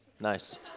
Nice